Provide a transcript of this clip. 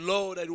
Lord